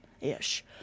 ish